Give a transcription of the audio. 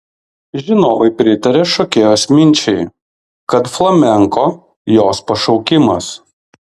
žinovai pritaria šokėjos minčiai kad flamenko jos pašaukimas